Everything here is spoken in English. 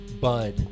Bud